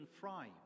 Fry